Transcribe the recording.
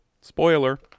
Spoiler